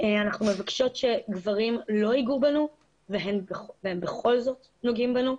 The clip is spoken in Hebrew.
אנחנו מבקשות שגברים לא יגעו בנו והם בכל זאת נוגעים בנו.